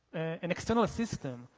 an external system,